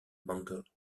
mangles